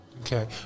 Okay